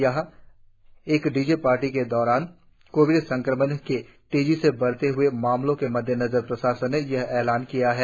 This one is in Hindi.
यहां पर एक डी जे पार्टी के बाद कोविड संक्रमण के तेजी से बढ़ते हए मामलो के मद्देनजर प्रशासन ने यह ऐलान किया है